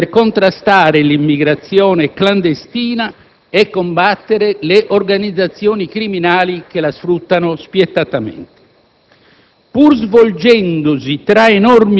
abbia collaborato con noi per contrastare l'immigrazione clandestina e combattere le organizzazioni criminali che la sfruttano spietatamente.